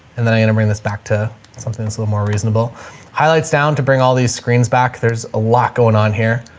and then i'm gonna bring this back to something that's a little more reasonable highlights down to bring all these screens back. there's a lot going on here.